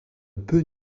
peut